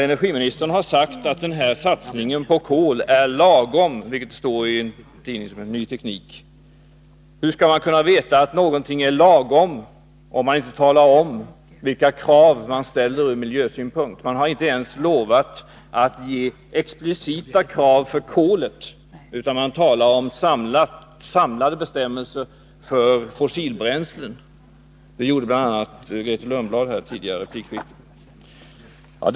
Energiministern har sagt att satsningen på kol är lagom, enligt en artikel i tidningen Ny Teknik. Hur skall man kunna veta att något är lagom, om man inte talar om vilka krav man ställer från miljösynpunkt? Man har inte ens lovat att ge explicita krav beträffande kolet, utan man talar om samlade bestämmelser för fossilbränslen. Det gjorde bl.a. Grethe Lundblad tidigare i dag.